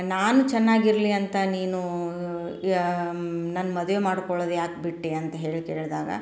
ನಾನು ಚೆನ್ನಾಗಿರ್ಲಿ ಅಂತ ನೀನು ನನ್ನ ಮದುವೆ ಮಾಡ್ಕೊಳೋದು ಯಾಕೆ ಬಿಟ್ಟೆ ಅಂತ ಹೇಳಿ ಕೇಳಿದಾಗ